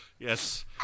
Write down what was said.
Yes